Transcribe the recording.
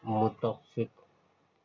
متفق